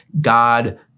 God